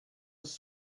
was